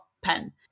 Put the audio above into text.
pen